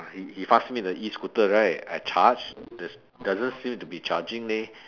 he he pass me the E scooter right I charge there's doesn't seem to be charging leh